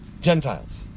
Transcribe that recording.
Gentiles